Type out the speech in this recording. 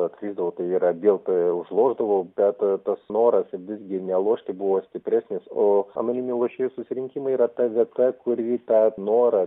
atkrisdavau tai yra vėl tai užlošdavau bet tas noras visgi nelošti buvo stipresnis o anoniminių lošėjų susirinkimai yra ta vieta kuri tą norą